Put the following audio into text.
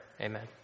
Amen